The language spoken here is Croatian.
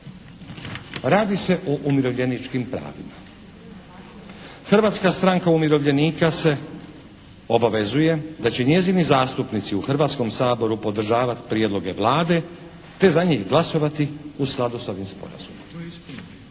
Radi se o umirovljeničkim pravima. Hrvatska stranka umirovljenika se obavezuje da će njezini zastupnici u Hrvatskom saboru podržavati prijedloge Vlade te za njih glasovati u skladu sa ovim sporazumom.